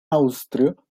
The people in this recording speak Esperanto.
aŭstrio